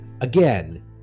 Again